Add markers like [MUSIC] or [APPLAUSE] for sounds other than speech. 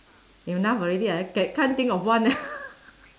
enough already ah ca~ can't think of one [LAUGHS]